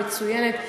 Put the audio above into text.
מצוינת.